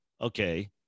okay